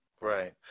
Right